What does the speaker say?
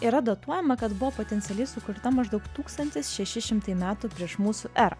yra datuojama kad buvo potencialiai sukurta maždaug tūkstantis šeši šimtai metų prieš mūsų erą